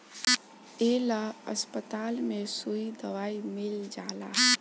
ए ला अस्पताल में सुई दवाई मील जाला